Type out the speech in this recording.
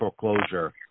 foreclosure